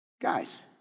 guys